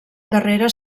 darrere